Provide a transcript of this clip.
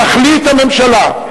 תחליט הממשלה,